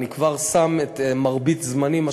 אני כבר שם את מרבית זמני,